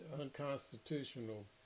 unconstitutional